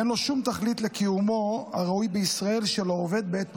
ואין לו שום תכלית לקיומו הראוי של העובד בישראל בעת פרישתו.